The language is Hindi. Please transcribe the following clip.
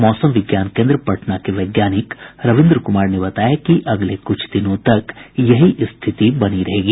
मौसम विज्ञान केन्द्र पटना के वैज्ञानिक रविन्द्र कुमार ने बताया कि अगले कुछ दिनों तक यही स्थिति बनी रहेगी